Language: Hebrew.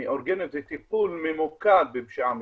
מאורגנת וטיפול ממוקד בפשיעה מאורגנת.